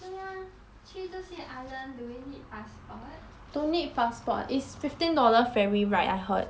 这样去这些 island do we need passport